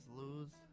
lose